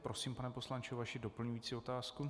Prosím, pane poslanče, o vaši doplňující otázku.